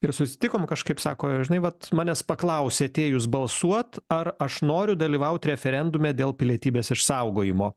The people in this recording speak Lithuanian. ir susitikom kažkaip sako žinai vat manęs paklausė atėjus balsuot ar aš noriu dalyvaut referendume dėl pilietybės išsaugojimo